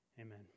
amen